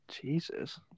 Jesus